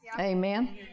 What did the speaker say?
Amen